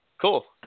Cool